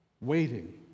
waiting